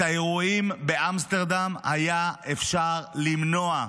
שאת האירועים באמסטרדם היה אפשר למנוע.